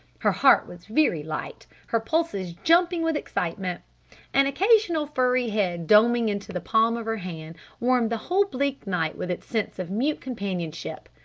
her heart was very light her pulses jumping with excitement an occasional furry head doming into the palm of her hand warmed the whole bleak night with its sense of mute companionship.